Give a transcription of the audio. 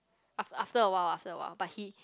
af~ after a while after a while but he